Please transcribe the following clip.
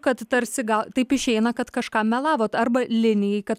kad tarsi gal taip išeina kad kažkam melavot arba linijai kad